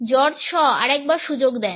George Shaw আরেকবার সুযোগ দেন